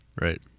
Right